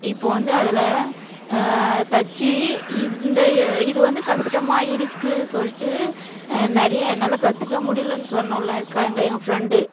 இப்போ வந்து அதில் தச்சு இது இந்த இது வந்து கஸ்டமாக இருக்கு சொல்லிட்டு நிறைய என்னால் கற்றுக்க முடியிலைன்னு சொன்னவளாம் இருக்கா எங்கள் எங்கள் ஃப்ரெண்டு